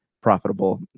profitable